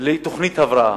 לתוכנית הבראה.